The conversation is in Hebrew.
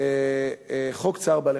צער בעלי-חיים.